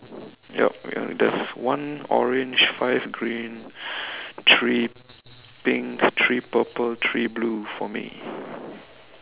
yup wait ah there's one orange five green three pink three purple three blue for me